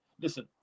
Listen